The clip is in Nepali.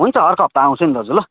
हुन्छ अर्को हप्ता आउँछु नि दाजु ल